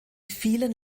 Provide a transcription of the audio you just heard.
vielen